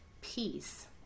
peace